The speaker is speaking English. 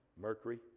Mercury